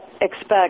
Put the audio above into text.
expect